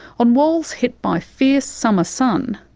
on walls hit by fierce summer sun,